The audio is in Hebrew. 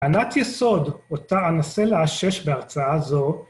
טענת יסוד אותה אנסה לאשש בהרצאה זו